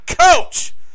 coach